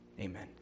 Amen